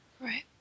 Right